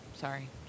sorry